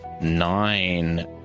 Nine